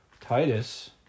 Titus